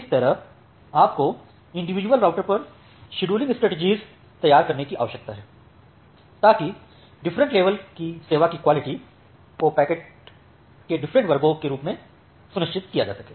इस तरह आपको इंडिविजुअल राउटर पर शेड्यूलिंग स्ट्रेटजी तैयार करने की आवश्यकता है ताकि डिफरेंट लेवल की सेवा की क्वालिटी को पैकेटों के डिफरेंट वर्गों के रूप में सुनिश्चित किया जा सके